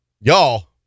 y'all